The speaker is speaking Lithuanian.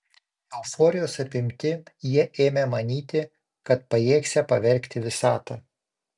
euforijos apimti jie ėmė manyti kad pajėgsią pavergti visatą